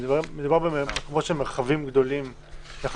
מדובר במקומות של מרחבים גדולים יחסית.